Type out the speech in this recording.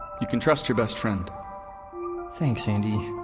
you can trust your best friend thanks, andi